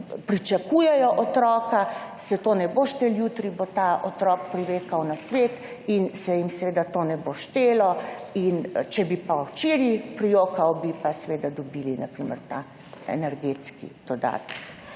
pričakuje otroka, se to ne bo štelo. Jutri bo ta otrok privekal na svet in se jim to ne bo štelo, če bi pa včeraj prijokal, bi pa dobili, na primer, ta energetski dodatek.